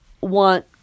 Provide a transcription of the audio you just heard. want